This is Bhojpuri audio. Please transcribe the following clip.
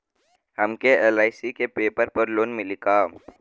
हमके एल.आई.सी के पेपर पर लोन मिली का?